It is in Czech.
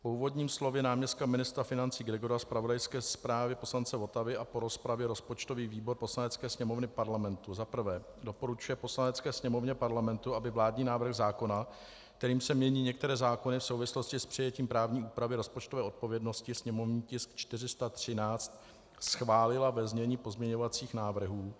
Po úvodním slově náměstka ministra financí Gregora, zpravodajské zprávě poslance Votavy a po rozpravě rozpočtový výbor Poslanecké sněmovny Parlamentu za prvé doporučuje Poslanecké sněmovně Parlamentu, aby vládní návrh zákona, kterým se mění některé zákony v souvislosti s přijetím právní úpravy rozpočtové odpovědnosti, sněmovní tisk 413, schválila ve znění pozměňovacích návrhů.